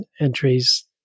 entries